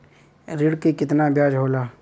ऋण के कितना ब्याज होला?